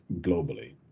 globally